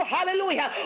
Hallelujah